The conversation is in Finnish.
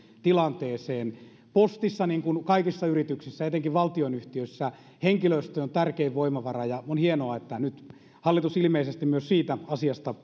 tilanteeseen postissa niin kuin kaikissa yrityksissä etenkin valtionyhtiöissä henkilöstö on tärkein voimavara ja on hienoa että nyt hallitus ilmeisesti myös siitä asiasta